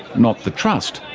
not the trust,